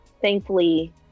Thankfully